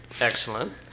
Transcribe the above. excellent